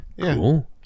Cool